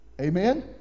Amen